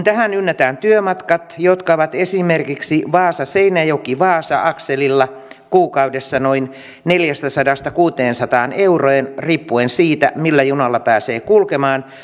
tähän ynnätään vielä työmatkat jotka ovat esimerkiksi vaasa seinäjoki vaasa akselilla kuukaudessa noin neljästäsadasta kuuteensataan euroon riippuen siitä millä junalla pääsee kulkemaan